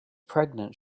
pregnant